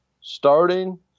starting